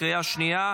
בקריאה שנייה.